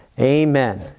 Amen